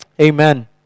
Amen